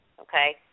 okay